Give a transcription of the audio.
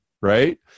right